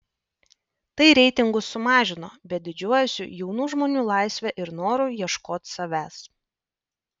tai reitingus sumažino bet didžiuojuosi jaunų žmonių laisve ir noru ieškot savęs